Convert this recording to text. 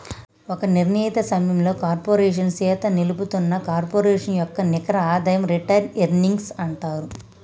ఒక నిర్ణీత సమయంలో కార్పోరేషన్ సీత నిలుపుతున్న కార్పొరేషన్ యొక్క నికర ఆదాయం రిటైర్డ్ ఎర్నింగ్స్ అంటారు